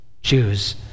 Jews